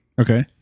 Okay